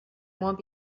won’t